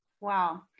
wow